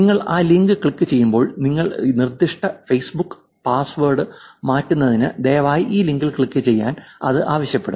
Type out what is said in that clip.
നിങ്ങൾ ഈ ലിങ്കിൽ ക്ലിക്കുചെയ്യുമ്പോൾ നിങ്ങൾ സൃഷ്ടിച്ച ഫേസ്ബുക്ക് പാസ്വേഡ് മാറ്റുന്നതിന് ദയവായി ഈ ലിങ്കിൽ ക്ലിക്കുചെയ്യാൻ അത് ആവശ്യപ്പെടും